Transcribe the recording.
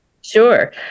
Sure